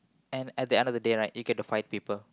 and at the end of the day right you get to fight people